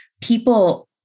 people